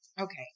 Okay